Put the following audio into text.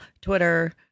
Twitter